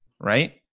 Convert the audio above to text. right